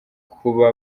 kuba